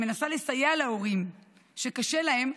שמנסה לסייע להורים שקשה להם,